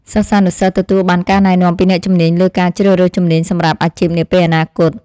សិស្សានុសិស្សទទួលបានការណែនាំពីអ្នកជំនាញលើការជ្រើសរើសជំនាញសម្រាប់អាជីពនាពេលអនាគត។